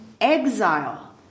exile